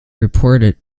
reported